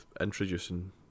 introducing